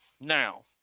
Now